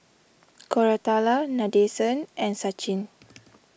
Koratala Nadesan and Sachin